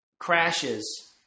Crashes